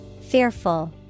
Fearful